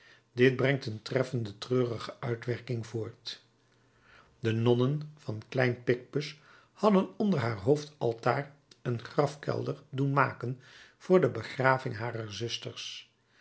dit brengt een treffende treurige uitwerking voort de nonnen van klein picpus hadden onder haar hoofdaltaar een grafkelder doen maken voor de begraving harer zusters